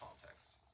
context